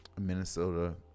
Minnesota